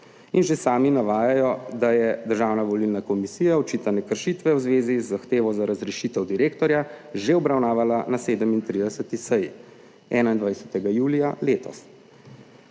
in že sami navajajo, da je Državna volilna komisija očitane kršitve v zvezi z zahtevo za razrešitev direktorja že obravnavala na 37. seji 21. julija letos.